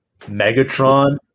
Megatron